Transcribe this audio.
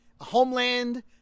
Homeland